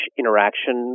interaction